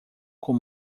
com